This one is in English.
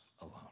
alone